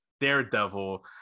Daredevil